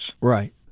right